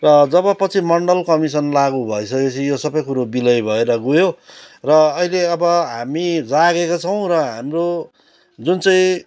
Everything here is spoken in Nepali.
र जब पछि मन्डल कमिसन लागु भइसकेपछि यो सबै कुरो विलय भएर गयो र अहिले अब हामी जागेका छौँ र हाम्रो जुन चाहिँ